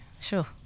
Sure